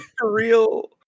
real